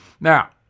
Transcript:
Now